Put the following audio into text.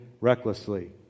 recklessly